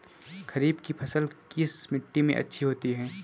खरीफ की फसल किस मिट्टी में अच्छी होती है?